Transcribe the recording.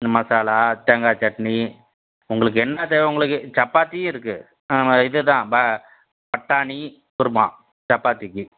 ம் மசாலா தேங்காய்ச் சட்னி உங்களுக்கு என்ன தேவை உங்களுக்கு சப்பாத்தியும் இருக்குது ஆமாம் இது தான் ப பட்டாணி குருமா சப்பாத்திக்கு